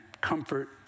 comfort